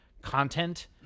content